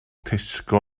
tesco